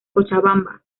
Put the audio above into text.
cochabamba